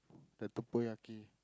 the teppanyaki